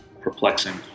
perplexing